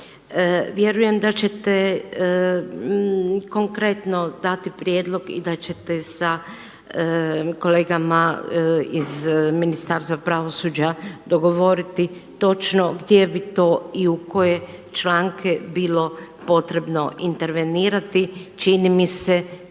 Vjerujem da ćete konkretno dati prijedlog i da ćete za kolegama iz Ministarstva pravosuđa dogovoriti točno gdje bi to i u koje članke bilo potrebno intervenirati. Čini mi se